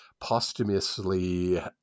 posthumously